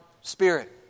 spirit